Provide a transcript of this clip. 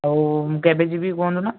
ହେଉ ମୁଁ କେବେ ଯିବି କୁହନ୍ତୁ ନା